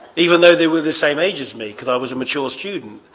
even though they were the same age as me because i was a mature student.